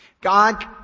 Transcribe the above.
God